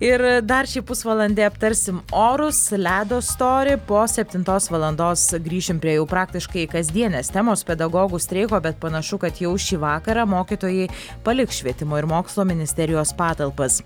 ir dar šį pusvalandį aptarsim orus ledo storį po septintos valandos grįšim prie jau praktiškai kasdienės temos pedagogų streiko bet panašu kad jau šį vakarą mokytojai paliks švietimo ir mokslo ministerijos patalpas